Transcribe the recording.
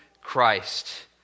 Christ